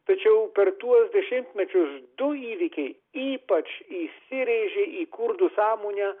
tačiau per tuos dešimtmečius du įvykiai ypač įsirėžė į kurdų sąmonę